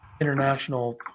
international